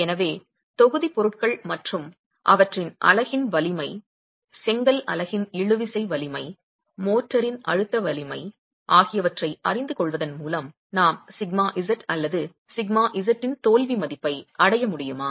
எனவே தொகுதிப் பொருட்கள் மற்றும் அவற்றின் அலகின் வலிமை செங்கல் அலகின் இழுவிசை வலிமை மோர்டாரின் அழுத்த வலிமை ஆகியவற்றை அறிந்துகொள்வதன் மூலம் நாம் σz அல்லது σz இன் தோல்வி மதிப்பை அடைய முடியுமா